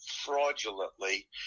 fraudulently